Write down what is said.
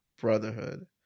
Brotherhood